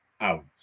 out